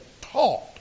taught